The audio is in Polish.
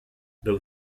był